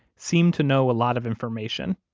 seemed to know a lot of information,